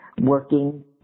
working